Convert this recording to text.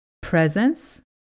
Presence